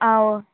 ஆ ஓ